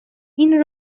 این